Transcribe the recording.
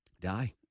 Die